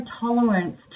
tolerance